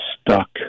stuck